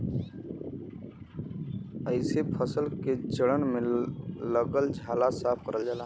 एसे फसल के जड़न में लगल झाला साफ करल जाला